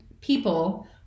people